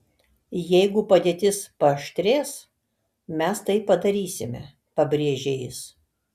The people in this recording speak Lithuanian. jeigu padėtis paaštrės mes tai padarysime pabrėžė jis